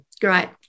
Great